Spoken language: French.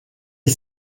est